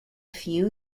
few